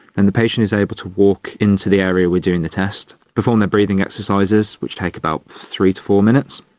and the patient is able to walk into the area we are doing the test, perform their breathing exercises which take about three to four minutes,